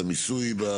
את המיסוי?